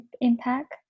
impact